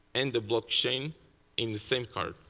and the blockchain in the same card.